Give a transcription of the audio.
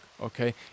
Okay